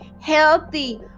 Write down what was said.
healthy